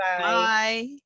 bye